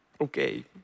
okay